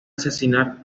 asesinar